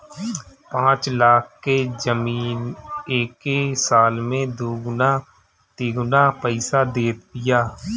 पाँच लाख के जमीन एके साल में दुगुना तिगुना पईसा देत बिया